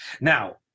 Now